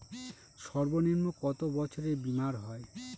সর্বনিম্ন কত বছরের বীমার হয়?